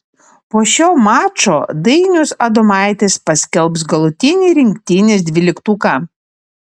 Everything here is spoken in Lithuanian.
po šio mačo dainius adomaitis paskelbs galutinį rinktinės dvyliktuką